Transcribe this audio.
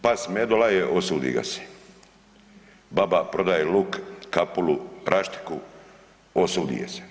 Pas Medo laje osudi ga se, baba prodaje luk, kapulu, raštiku osudi je se.